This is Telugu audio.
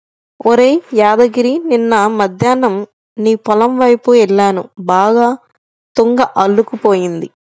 ఒరేయ్ యాదగిరి నిన్న మద్దేన్నం నీ పొలం వైపు యెల్లాను బాగా తుంగ అల్లుకుపోయింది